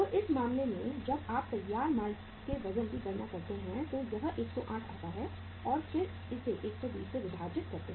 तो इस मामले में जब आप तैयार माल के वजन की गणना करते हैं तो यह 108 आता है और फिर इसे 120 से विभाजित करते हैं